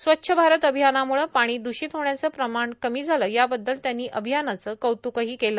स्वच्छ भारत अभियानामुळं पाणी दूषित होण्याचं प्रमाण कमी झालं याबद्दल त्यांनी अभियानाचं कौतुकही केलं